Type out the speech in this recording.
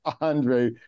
Andre